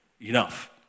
Enough